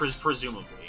Presumably